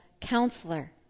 counselor